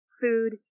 food